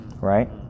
right